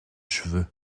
cheveux